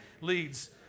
Leads